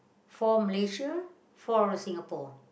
four Malaysia four Singapore